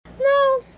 No